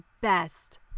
best